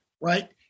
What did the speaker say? right